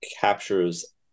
captures